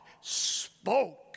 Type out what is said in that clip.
spoke